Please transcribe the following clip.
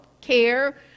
care